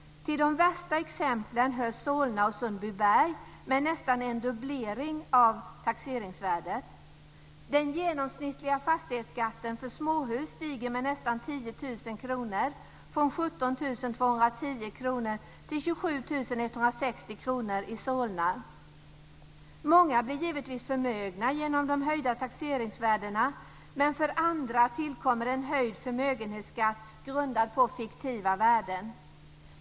Till de värsta exemplen hör Solna och Sundbyberg med nästan en dubblering av taxeringsvärdet. Den genomsnittliga fastighetsskatten för småhus stiger med nästan 10 000 kr, från 17 210 kr till 27 160 kr i Solna. Många blir givetvis förmögna genom de höjda taxeringsvärdena, men för andra tillkommer en höjd förmögenhetsskatt grundad på fiktiva värden.